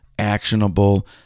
actionable